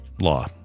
law